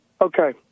Okay